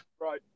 Right